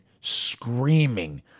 screaming